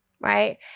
right